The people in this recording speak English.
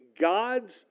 God's